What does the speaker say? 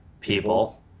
people